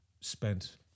Spent